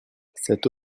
cette